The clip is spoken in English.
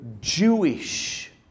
Jewish